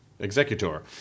executor